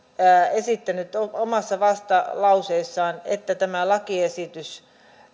esittänyt omassa vastalauseessaan että tämä lakiesitys